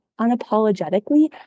unapologetically